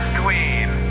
queen